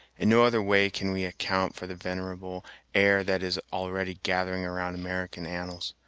in no other way can we account for the venerable air that is already gathering around american annals.